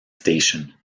station